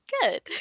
Good